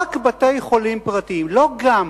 רק בתי-חולים פרטיים, לא גם,